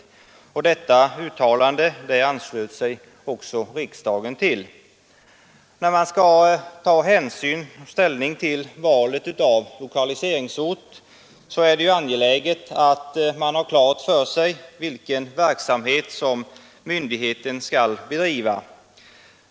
Till detta uttalande anslöt sig riksdagen. När man skall ta ställning till valet av lokaliseringsort är det angeläget att man har klart för sig vilken verksamhet som myndigheten skall bedriva.